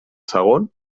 segon